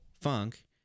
funk